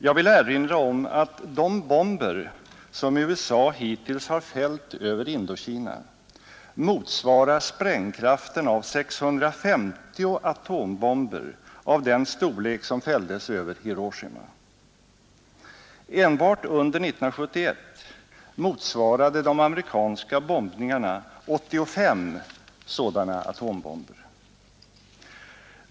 Jag vill erinra om att de bomber som USA hittills har fällt över Indokina motsvarar sprängkraften av 650 atombomber av den storlek som fälldes över Hiroshima. Enbart under 1971 motsvarade de amerikanska bombningarna 85 sådana atombomber.